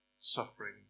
suffering